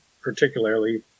particularly